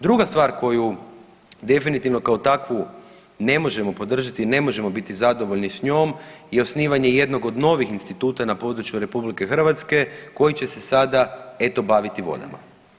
Druga stvar koju definitivno kao takvu ne možemo podržati i ne možemo biti zadovolji s njom je osnivanje jednog od novih instituta na području RH koji će se sada eto baviti vodama.